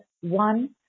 one